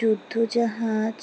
যুদ্ধ জাহাজ